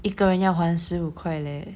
一个人要还十五块 leh